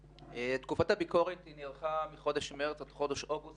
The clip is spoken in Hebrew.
תקופת הביקורת היא מחודש מרץ עד חודש אוגוסט